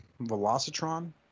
Velocitron